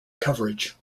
coverage